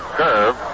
curve